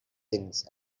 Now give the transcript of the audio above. things